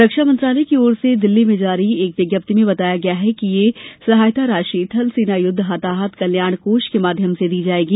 रक्षामंत्री राजनाथ सिंह की ओर से दिल्ली में जारी एक विज्ञप्ति में बताया गया कि यह सहायता राशि थल सेना युद्ध हताहत कल्याण कोष के माध्यम से दी जाएगी